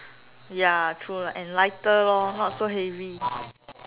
ya true lah and lighter lor not so heavy